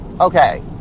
Okay